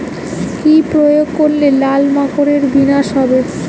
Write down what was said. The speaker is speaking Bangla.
কি প্রয়োগ করলে লাল মাকড়ের বিনাশ হবে?